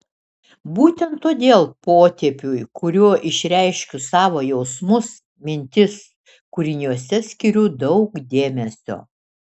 būtent todėl potėpiui kuriuo išreiškiu savo jausmus mintis kūriniuose skiriu daug dėmesio